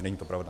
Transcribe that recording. Není to pravda.